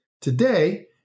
today